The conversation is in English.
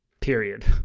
period